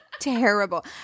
terrible